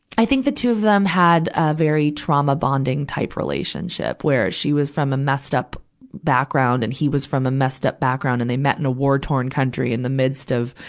i think the two of them had a very trauma-bonding type relationship, where she was from a messed up background, and he was from a messed up background. and they met in a war-torn country in the midst of,